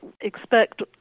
expect